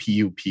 pup